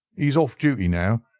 he is off duty now.